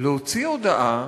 להוציא הודעה